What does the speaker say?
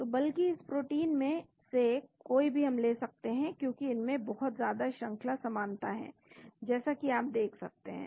तो बल्कि इस प्रोटीन में से कोई भी हम ले सकते हैं क्योंकि इनमें बहुत ज्यादा श्रंखला समानता हैं जैसा कि आप देख सकते हैं